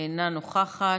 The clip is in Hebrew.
אינה נוכחת.